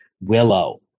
willow